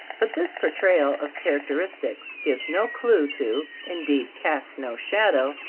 but this por trayal of characteristics gives no clue to, indeed casts no shadow,